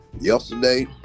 yesterday